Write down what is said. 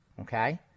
okay